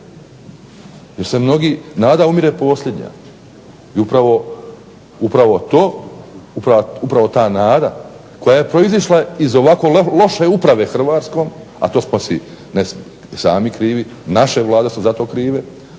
Jer se mnogi, nada umire posljednja i upravo to, upravo ta nada koja je proizišla iz ovako loše uprave Hrvatskom a to smo si ne sami krivi. Naše vlade su za to krive,